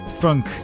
Funk